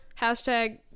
hashtag